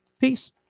Peace